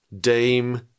Dame